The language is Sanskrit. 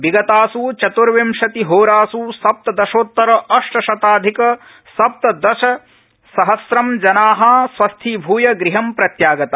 विगतास् चत्र्विशति होरास् सप्तदशोत्तर अष्टशताधिक सप्तदश सहस्रं जना स्वस्थीभ्य गृहं प्रत्यागता